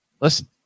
listen